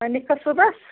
وَنۍ یِکھٕ صُبحَس